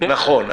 נכון.